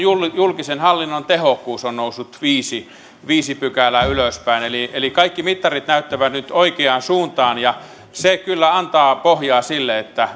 julkisen hallinnon tehokkuus on noussut viisi viisi pykälää ylöspäin eli eli kaikki mittarit näyttävät nyt oikeaan suuntaan ja se kyllä antaa pohjaa sille että